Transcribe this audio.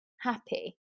happy